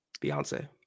beyonce